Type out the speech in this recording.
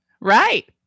Right